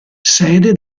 sede